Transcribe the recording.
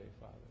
Father